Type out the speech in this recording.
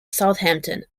southampton